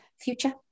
future